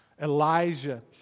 Elijah